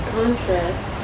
contrast